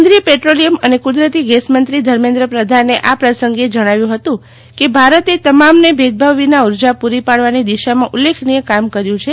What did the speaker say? કેન્દ્રિય પેટ્રોલીયમ અને કુદરતી ગેસમંત્રી ધર્મેન્દ્ર પ્રધાને આ પ્રસંગે જણાવ્યું હતું કે ભારતે તમામને ભેદભાવ વિના ઉર્જા પૂરી પાડવાની દિશામાં ઉલ્લેખનીય કામ કર્યું છે